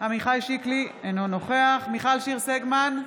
עמיחי שיקלי, אינו נוכח מיכל שיר סגמן,